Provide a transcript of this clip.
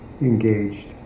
engaged